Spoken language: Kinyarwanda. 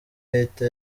leta